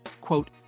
Quote